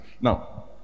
Now